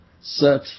set